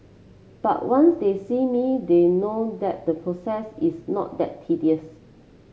but once they see me they know that the process is not that tedious